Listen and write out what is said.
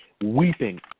weeping